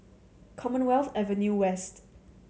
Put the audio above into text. Commonwealth Avenue West